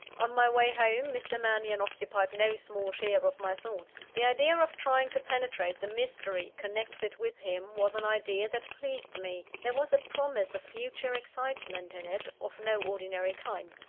on my way home, mr. mannion occupied no small share of my thoughts. the idea of trying to penetrate the mystery connected with him was an idea that pleased me there was a promise of future excitement in it of no ordinary kind.